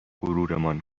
غرورمان